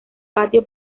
patio